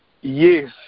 Yes